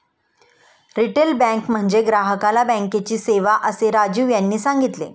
retail bank म्हणजे ग्राहकाला बँकेची सेवा, असे राजीव यांनी सांगितले